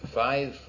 five